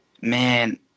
man